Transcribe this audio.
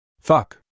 Fuck